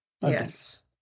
Yes